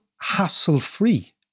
hassle-free